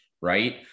right